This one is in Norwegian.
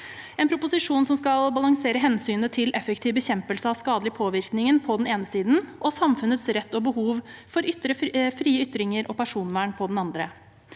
en proposisjon som skal balansere hensynet til effektiv bekjempelse av skadelige påvirkninger på den ene siden og samfunnets rett til og behov for frie ytringer og personvern på den andre.